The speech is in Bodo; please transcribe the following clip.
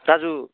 राजु